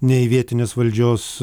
nei vietinės valdžios